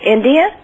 India